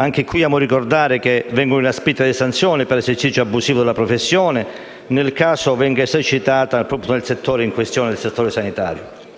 Anche qui, amo ricordare che vengono inasprite le sanzioni per l'esercizio abusivo della professione, nel caso venga esercitata proprio nel settore in